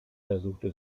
versuchte